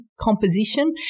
composition